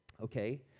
Okay